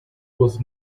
was